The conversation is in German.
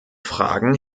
fragen